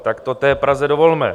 Tak to té Praze dovolme!